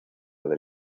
del